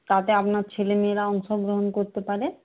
তাতে আপনার ছেলেমেয়েরা অংশগ্রহণ করতে পারে